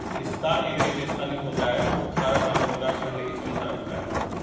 पिस्ता एक रेगिस्तानी पौधा है और खारा पानी बर्दाश्त करने की क्षमता रखता है